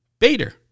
Bader